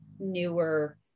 newer